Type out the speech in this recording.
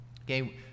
Okay